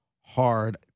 hard